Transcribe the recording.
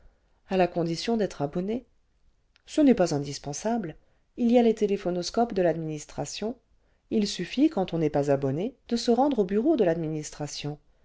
a la condition d'être abonné ce n'est pas indispensable il y aies téléphonoscopes de l'administration il suffit quand on n'est pas abonné de se rendre au bureau de l'administration